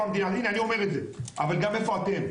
הינה אני אומר את זה, אבל גם איפה אתם.